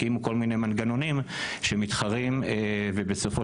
הקימו כל מיני מנגנונים שמתחרים ובסופו